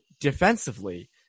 defensively